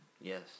Yes